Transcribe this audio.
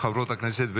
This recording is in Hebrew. או חברות הכנסת,